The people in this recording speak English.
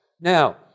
Now